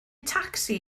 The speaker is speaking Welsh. tacsi